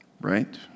Right